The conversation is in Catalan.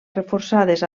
reforçades